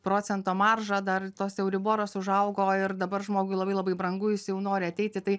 procento maržą dar tos euriboros užaugo ir dabar žmogui labai labai brangu jis jau nori ateiti tai